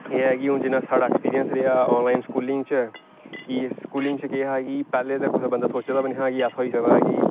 एह् ऐ कि हून जियां साढ़ा ऐक्सपीरियंस रेहा आनलाइन स्कूलिंग च कि स्कूलिंग च केह् हा कि पैहलें ते कुसै बंदे सोचे दा बी नेईं हा कि ऐसा होई सकदा कि